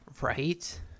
Right